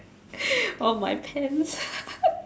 on my pants